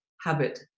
habit